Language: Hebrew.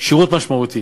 שירות משמעותי?